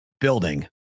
building